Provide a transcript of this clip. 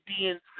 DNC